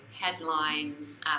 headlines